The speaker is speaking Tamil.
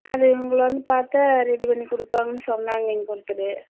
அது உங்களை வந்து பார்த்தா ரெடி பண்ணி கொடுப்பாங்கன்னு சொன்னாங்க இங்கொருத்தர்